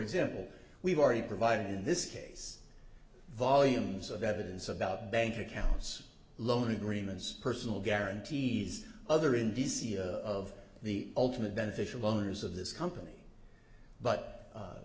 example we've already provided in this case volumes of evidence about bank accounts loan agreements personal guarantees other in d c of the ultimate beneficial owners of this company but